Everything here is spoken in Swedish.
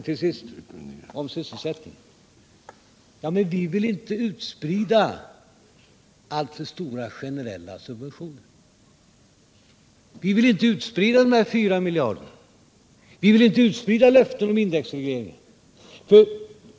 Till sist om sysselsättningen: Vi vill inte sprida ut alltför stora generella subventioner, vi vill inte sprida ut de 4 miljarderna, vi vill inte ge löften om indexreglering.